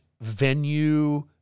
venue